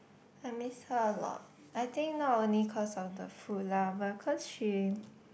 I miss her a lot I think not only cause of the food lah but cause she